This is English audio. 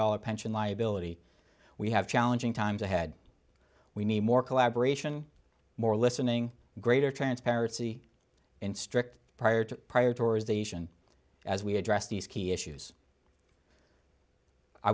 dollars pension liability we have challenging times ahead we need more collaboration more listening greater transparency in strict prior to prior tours the asian as we address these key issues i